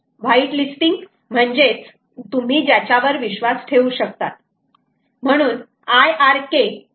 white listing म्हणजेच तुम्ही ज्याच्यावर विश्वास ठेवू शकतात